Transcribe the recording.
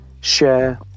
share